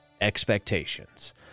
expectations